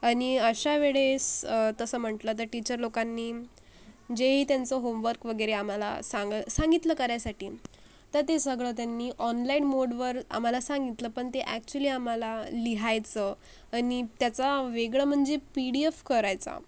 आणि अशा वेळेस तसं म्हटलं तर टीचर लोकांनी जे इ त्यांचं होमवर्क वगैरे आम्हाला सांग सांगितलं करायसाठी त ते सगळं त्यांनी ऑनलाईन मोडवर आम्हाला सांगितलं पण ते अॅक्च्युली आम्हाला लिहायचं आणि त्याचा वेगळं म्हणजे पी डी एफ करायचा